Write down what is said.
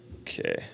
Okay